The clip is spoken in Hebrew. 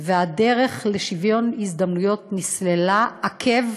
והדרך לשוויון הזדמנויות נסללה עקב,